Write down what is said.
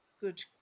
good